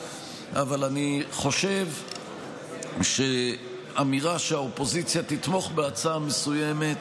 אבל אני חושב שאמירה שהאופוזיציה תתמוך בהצעה מסוימת,